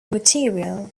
material